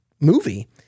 movie